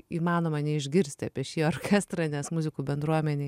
įmanoma neišgirsti apie šį orkestrą nes muzikų bendruomenėj